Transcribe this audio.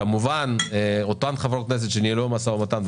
כמובן אותן חברות כנסת שניהלו את המשא ומתן,